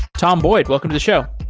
tom boyd, welcome to the show.